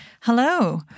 Hello